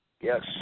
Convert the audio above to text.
Yes